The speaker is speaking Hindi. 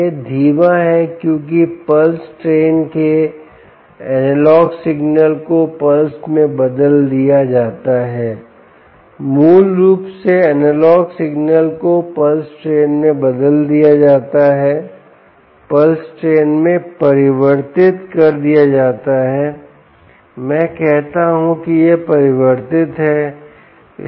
यह धीमा है क्योंकि पल्स ट्रेन के एनालॉग सिग्नल को पल्स में बदल दिया जाता है मूल रूप से एनालॉग सिग्नल को पल्स ट्रेन में बदल दिया जाता है पल्स ट्रेन में परिवर्तित कर दिया जाता है मैं कहता हूं कि यह परिवर्तित है